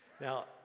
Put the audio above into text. Now